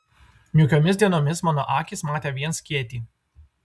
niūkiomis dienomis mano akys matė vien skėtį